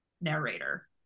narrator